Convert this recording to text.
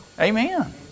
Amen